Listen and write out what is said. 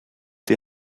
die